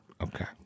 okay